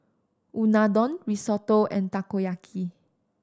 Unadon Risotto and Takoyaki